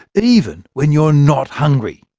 even when you're not hungry.